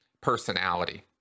personality